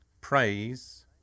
praise